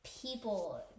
people